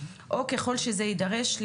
או ככל שזה יידרש,